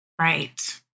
Right